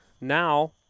now